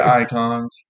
icons